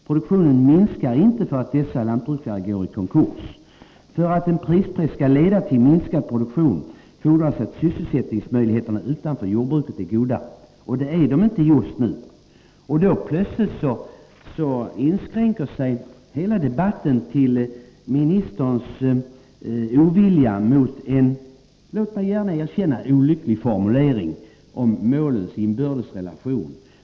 Produktionen minskar inte för att dessa lantbrukare går i konkurs. För att en prispress skall leda till minskad produktion fordras att sysselsättningsmöjligheterna utanför jordbruket är goda.” Men sysselsättningsmöjligheterna utanför jordbruket är inte goda just nu. Då inskränker sig plötsligt hela debatten till jordbruksministerns ovilja mot en, låt mig gärna erkänna det, olycklig formulering om målens inbördes relationer.